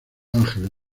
ángeles